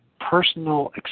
personal